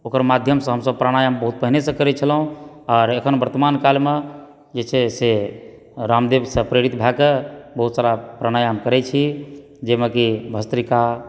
ओकर माध्यमसँ हमसभ प्राणायम बहुत पहिनेसँ करै छलहुॅं आओर एखन वर्तमान कालमे जे छै से रामदेवसँ प्रेरित भऽ कऽ बहुत सारा प्राणायम करै छी जाहिमे कि भस्तृका